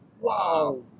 Wow